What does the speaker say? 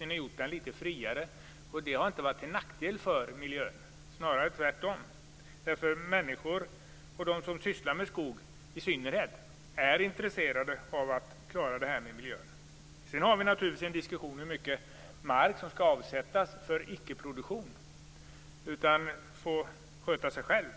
mindre sträng, och det har inte varit till nackdel för miljön, snarare tvärtom. Människor och i synnerhet de som sysslar med skogsbruk är intresserade av att klara miljön. Sedan kan man naturligtvis diskutera hur mycket mark som skall avsättas för icke-produktion för att den skall få sköta sig själv.